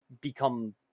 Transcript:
become